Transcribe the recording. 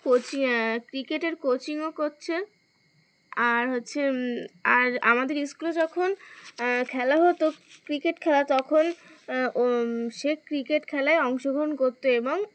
coaching ক্রিকেটের কোচিংও করছে আর হচ্ছে আর আমাদের স্কুলে যখন খেলা হতো ক্রিকেট খেলা তখন সে ক্রিকেট খেলায় অংশগ্রহণ করতো এবং